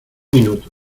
minuto